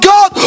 God